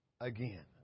again